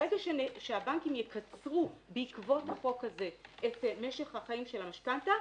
ברגע שהבנקים יקצרו בעקבות החוק הזה את משך החיים של המשכנתא,